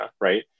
right